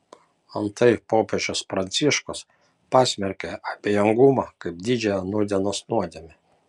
antai popiežius pranciškus pasmerkė abejingumą kaip didžiąją nūdienos nuodėmę